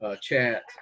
chat